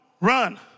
run